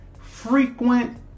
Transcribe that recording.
Frequent